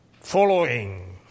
following